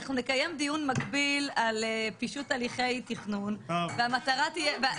אנחנו נקיים דיון מקביל על פישוט הליכי תכנון והמטרה תהיה --- אה,